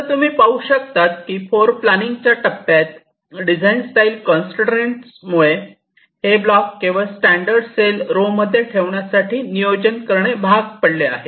आता तुम्ही पाहू शकतात की फ्लोरप्लानिंगच्या टप्प्यात डिझाईन स्टाईल कंसट्रेन मुळे हे ब्लॉक केवळ स्टैंडर्ड सेल रो मध्ये ठेवण्यासाठी नियोजन करणे भाग पडले आहे